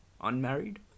Unmarried